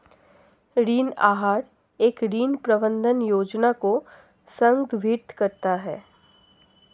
ऋण आहार एक ऋण प्रबंधन योजना को संदर्भित करता है